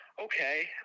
okay